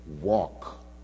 Walk